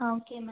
ah okay ma'am